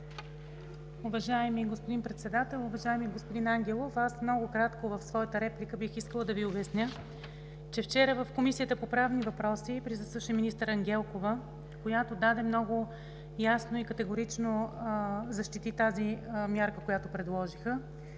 Уважаеми господин Председател, уважаеми господин Ангелов, много кратко в своята реплика бих искала да Ви обясня, че вчера в Комисията по правни въпроси присъстваше министър Ангелкова, която много ясно и категорично защити мярката, която предложиха,